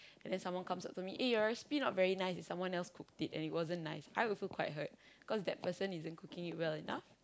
then someone comes out to me eh your recipe not very nice did someone else cooked it and it wasn't nice I also quite hurt cause that person isn't cooking well enough